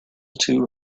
too